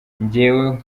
njyewe